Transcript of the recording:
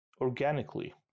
organically